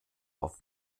auf